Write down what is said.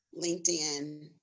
LinkedIn